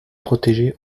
protégées